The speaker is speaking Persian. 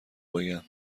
بگم